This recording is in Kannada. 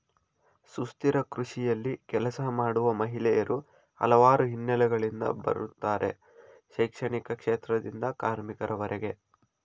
ಸುಸ್ಥಿರ ಕೃಷಿಯಲ್ಲಿ ಕೆಲಸ ಮಾಡುವ ಮಹಿಳೆಯರು ಹಲವಾರು ಹಿನ್ನೆಲೆಗಳಿಂದ ಬರುತ್ತಾರೆ ಶೈಕ್ಷಣಿಕ ಕ್ಷೇತ್ರದಿಂದ ಕಾರ್ಮಿಕರವರೆಗೆ